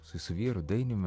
su vyru dainium